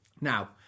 Now